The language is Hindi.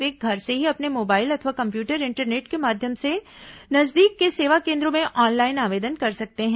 वे घर से ही अपने मोबाइल अथवा कम्प्यूटर इंटरनेट के माध्यम के नजदीक के सेवा केन्द्रों में ऑनलाइन आवेदन करते हैं